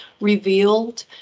revealed